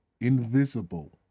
invisible